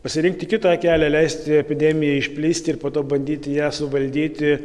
pasirinkti kitą kelią leisti epidemijai išplisti ir po to bandyti ją suvaldyti